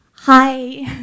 Hi